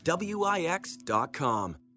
Wix.com